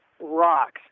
rocks